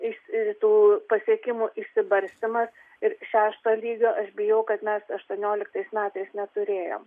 iš ir tų pasiekimų išsibarstymas ir šešto lygio aš bijau kad mes aštuonioliktais metais neturėjom